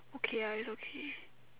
okay ah it's okay